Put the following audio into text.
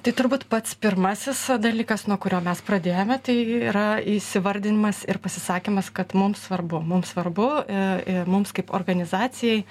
tai turbūt pats pirmasis dalykas nuo kurio mes pradėjome tai yra įsivardinimas ir pasisakymas kad mum svarbu mum svarbu ir mums kaip organizacijai